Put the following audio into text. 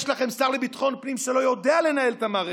יש לכם שר לביטחון פנים שלא יודע לנהל את המערכת.